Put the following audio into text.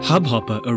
Hubhopper